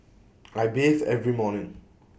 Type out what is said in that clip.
I bathe every morning